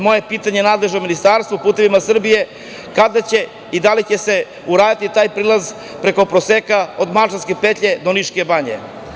Moje pitanje nadležnom ministarstvu, „Putevima Srbije“ – kada će i da li će se uraditi taj prilaz preko Proseka od Malčanke petlje do Niške banje?